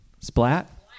splat